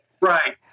Right